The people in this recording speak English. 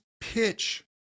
pitch